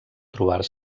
trobar